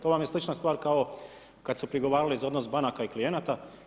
To vam je slična stvar kao kad su prigovarali za odnos banaka i klijenata.